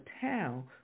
town